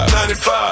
95